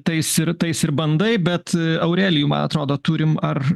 tais ir tais ir bandai bet aurelijų man atrodo turim ar